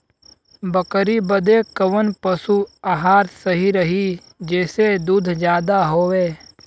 बकरी बदे कवन पशु आहार सही रही जेसे दूध ज्यादा होवे?